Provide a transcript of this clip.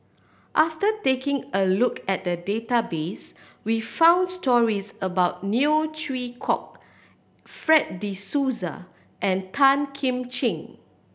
after taking a look at the database we found stories about Neo Chwee Kok Fred De Souza and Tan Kim Ching